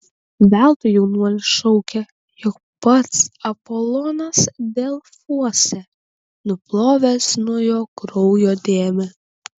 veltui jaunuolis šaukė jog pats apolonas delfuose nuplovęs nuo jo kraujo dėmę